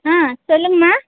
ஆ சொல்லுங்கமா